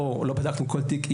לא בדקנו כל תיק.